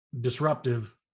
disruptive